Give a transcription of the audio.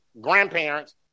grandparents